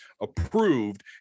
approved